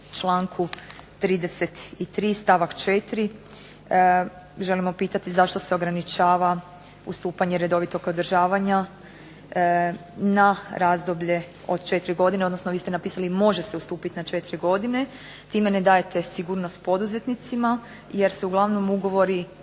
članku 33. stavak 4. želimo pitati zašto se ograničava ustupanje redovitog održavanja na razdoblje od 4 godine, odnosno vi ste napisali može se ustupiti na 4 godine. Time ne dajete sigurnost poduzetnicima, jer se uglavnom ugovori